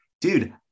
dude